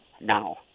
now